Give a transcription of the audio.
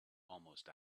almost